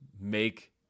make